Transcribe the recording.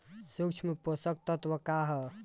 सूक्ष्म पोषक तत्व का ह?